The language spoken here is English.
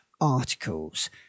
articles